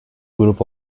grup